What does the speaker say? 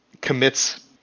commits